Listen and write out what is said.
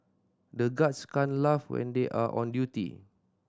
the guards can't laugh when they are on duty